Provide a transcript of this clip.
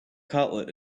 cutlet